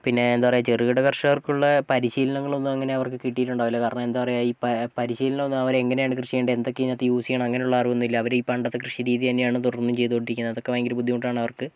പിന്നെ എന്താ പറയാ ചെറുകിട കർഷകർക്കുള്ള പരിശീലനങ്ങൾ ഒന്നും അങ്ങനെ അവർക്ക് കിട്ടീട്ടുണ്ടാവില്ല കാരണം എന്താ പറയാ ഇ പ പരിശീലനമൊന്നും അവർ എങ്ങനെയാണ് കൃഷിചെയ്യേണ്ടത് എന്തൊക്കെ ഇതിനകത്തു യൂസ് ചെയ്യണം അങ്ങനെയുള്ള അറിവൊന്നും ഇല്ല അവർ പണ്ടത്തെ കൃഷിരീതി തന്നെയാണ് തുടർന്നും ചെയ്തുകൊണ്ടിരിക്കുന്നത് അതൊക്കെ ഭയങ്കര ബുദ്ധിമുട്ടാണ് അവർക്ക്